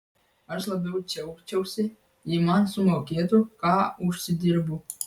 aš labiau džiaugčiausi jei man sumokėtų ką užsidirbu